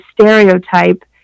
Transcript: stereotype